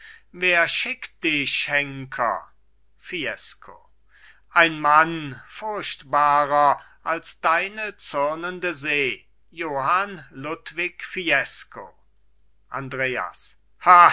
wer schickt die henker fiesco ein mann furchtbarer als deine zürnende see johann ludwig fiesco andreas